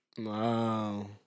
Wow